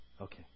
Okay